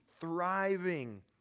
thriving